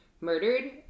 murdered